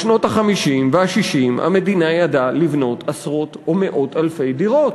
בשנות ה-50 וה-60 המדינה ידעה לבנות עשרות או מאות-אלפי דירות.